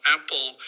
Apple